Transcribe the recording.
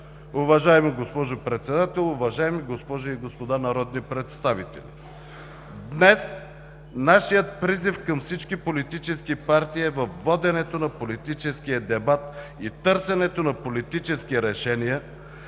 Уважаема госпожо Председател, уважаеми госпожи и господа народни представители! Днес нашият призив към всички политически партии е във воденето на политическия дебат и търсенето на политически решения